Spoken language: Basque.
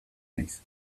naiz